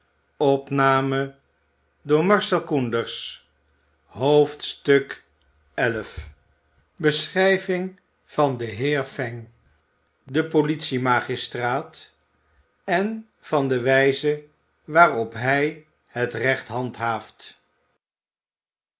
van den heer fang den politiemagistraat en van de wijze waarop hij het recht handhaaft